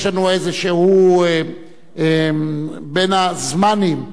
יש לנו איזשהו בין הזמנים,